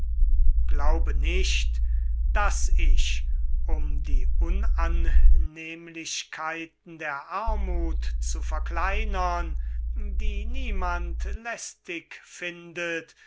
glaube nicht daß ich um die unannehmlichkeiten der armuth zu verkleinern die niemand lästig findet